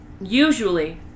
usually